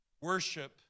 worship